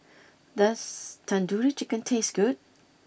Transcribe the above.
does Tandoori Chicken taste good